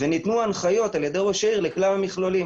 וניתנו הנחיות על ידי ראש העיר לכלל המכלולים